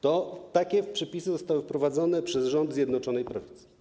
Takie przepisy zostały wprowadzone przez rząd Zjednoczonej Prawicy.